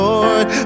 Lord